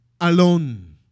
alone